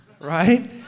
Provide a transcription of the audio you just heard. right